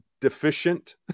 deficient